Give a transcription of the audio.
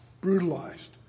brutalized